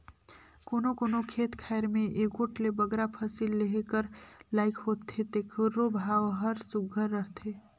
कोनो कोनो खेत खाएर में एगोट ले बगरा फसिल लेहे कर लाइक होथे तेकरो भाव हर सुग्घर रहथे